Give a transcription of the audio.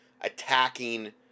attacking